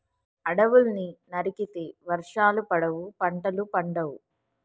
అడవుల్ని నరికితే వర్షాలు పడవు, పంటలు పండవు